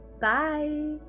bye